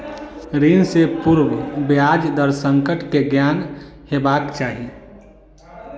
ऋण सॅ पूर्व ब्याज दर संकट के ज्ञान हेबाक चाही